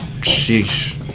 sheesh